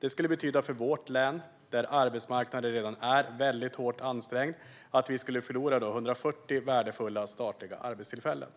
Det skulle betyda för vårt län, där arbetsmarknaden redan är mycket hårt ansträngd, att vi skulle förlora 140 värdefulla, statliga arbetstillfällen.